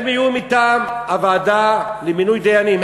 הם יהיו מטעמן בוועדה למינוי דיינים,